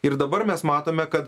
ir dabar mes matome kad